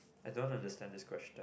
I don't understand this question